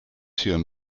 hirn